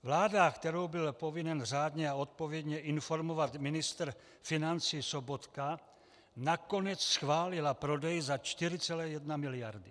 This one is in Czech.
Vláda, kterou byl povinen řádně a odpovědně informovat ministr financí Sobotka, nakonec schválila prodej za 4,1 miliardy.